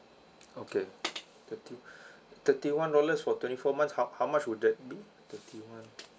okay thirty thirty one dollars for twenty four months how how much would that be thirty one